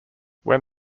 when